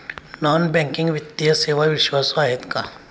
Non banking वित्तीय सेवा विश्वासू आहेत का?